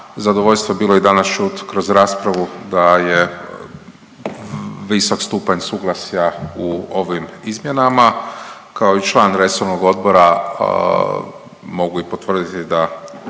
Zadovoljstvo je bilo i danas čut kroz raspravu da je visok stupanj suglasja u ovim izmjenama. Kao i član resornog odbora mogu potvrditi i